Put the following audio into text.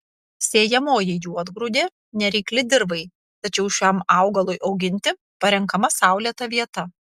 sėjamoji juodgrūdė nereikli dirvai tačiau šiam augalui auginti parenkama saulėta vieta